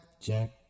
Jack